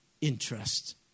interest